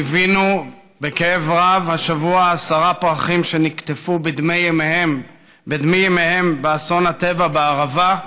ליווינו בכאב רב השבוע עשרה פרחים שנקטפו בדמי ימיהם באסון הטבע בערבה,